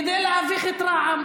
כדי להביך את רע"מ.